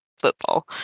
football